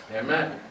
Amen